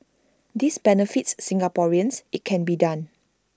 this benefits Singaporeans IT can be done